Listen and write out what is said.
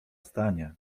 stanie